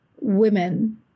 women